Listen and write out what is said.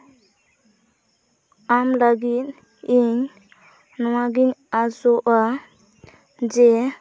ᱟᱢ ᱞᱟᱹᱜᱤᱫ ᱤᱧ ᱱᱚᱣᱟᱜᱮᱧ ᱟᱥᱚᱜᱼᱟ ᱡᱮ